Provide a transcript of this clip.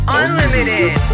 unlimited